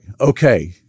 okay